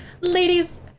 Ladies